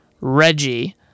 Reggie